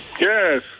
Yes